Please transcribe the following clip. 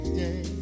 day